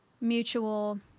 mutual